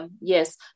yes